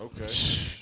Okay